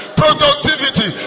productivity